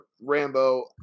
Rambo